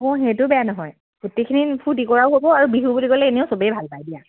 অঁ সেইটো বেয়া হয় গোটেইখিনি ফুৰ্তি কৰাও হ'ব আৰু বিহু বুলি ক'লে এনেও চবেই ভাল পায় দিয়া